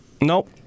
Nope